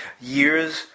years